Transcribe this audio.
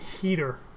heater